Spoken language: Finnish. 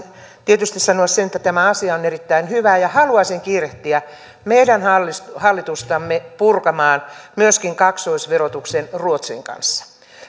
tietysti sanoa sen että tämä asia on erittäin hyvä ja haluaisin kiirehtiä meidän hallitustamme hallitustamme purkamaan myöskin kaksoisverotuksen ruotsin kanssa